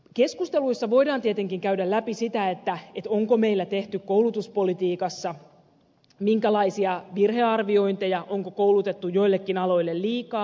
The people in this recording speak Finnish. keskusteluissa voidaan tietenkin käydä läpi sitä minkälaisia virhearviointeja meillä on tehty koulutuspolitiikassa onko koulutettu joillekin aloille liikaa